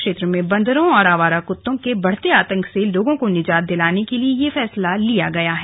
क्षेत्र में बंदरों और आवारा कत्तों के बढ़ते आतंक से लोगों को निजात दिलाने के लिए यह फैसला लिया गया है